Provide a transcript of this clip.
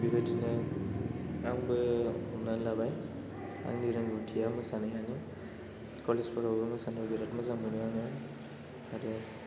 बेबायदिनो आंबो हमनानै लाबाय आंनि रोंगौथिया मोसानायानो कलेजफोरावबो मोसानो बिराद मोजां मोनो आङो आरो